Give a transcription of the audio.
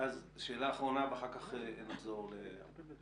אז שאלה האחרונה ואחר כך נחזור לא.ב.א.